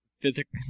physical